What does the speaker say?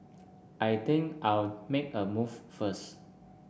I think I'll make a move first